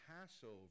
Passover